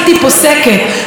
מה שמחייב אותנו,